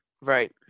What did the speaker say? Right